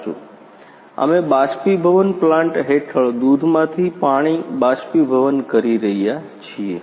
સાચું અમે બાષ્પીભવન પ્લાન્ટ હેઠળ દૂધમાંથી પાણી બાષ્પીભવન કરી રહ્યા છીએ